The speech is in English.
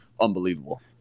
unbelievable